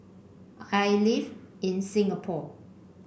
I live in Singapore